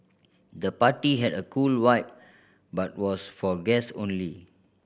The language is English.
the party had a cool vibe but was for guests only